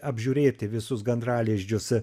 apžiūrėti visus gandralizdžius